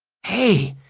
hey,